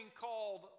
called